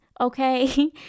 okay